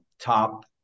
top